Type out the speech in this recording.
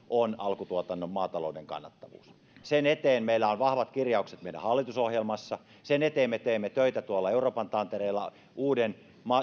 on alkutuotannon maatalouden kannattavuus sen eteen meillä on vahvat kirjaukset meidän hallitusohjelmassa sen eteen me teemme töitä tuolla euroopan tantereella uuden